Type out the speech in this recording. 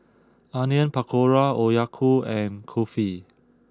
Onion Pakora Okayu and Kulfi